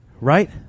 Right